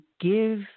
give